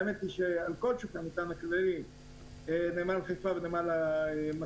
האמת היא שעל כל שוק המטען הכללי נמל חיפה ונמל המספנות